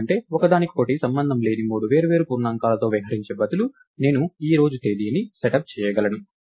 ఎందుకంటే ఒకదానికొకటి సంబంధం లేని మూడు వేర్వేరు పూర్ణాంకాలతో వ్యవహరించే బదులు నేను ఈ రోజు ఈ తేదీని సెటప్ చేయగలను